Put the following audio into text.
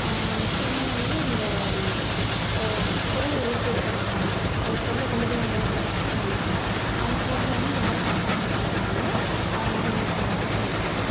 இன்னொன்று வந்து இந்த பொருளை ஒளிச்சி வெச்சு விளாடுவாங்க ஒரு பொருளை கொண்டு போய் அங்கே வைச்சிருவாங்க அந்த பொருளை வந்து யார் கரெக்டாக கண்டுபிடிக்கிறாங்களோ அவங்க தான் வின் பண்ணதாக சொல்வாங்க